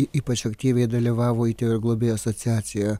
ypač aktyviai dalyvavo įtėvių ir globėjų asociacija